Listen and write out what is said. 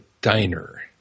diner